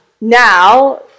Now